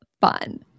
fun